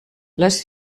les